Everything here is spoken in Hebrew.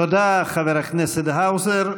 תודה, חבר הכנסת האוזר.